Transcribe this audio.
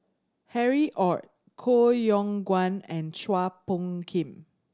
Harry Ord Koh Yong Guan and Chua Phung Kim